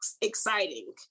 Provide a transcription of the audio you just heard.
exciting